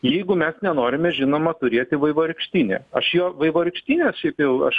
jeigu mes nenorime žinoma turėti vaivorykštinė aš jo vaivorykštinė šiaip jau aš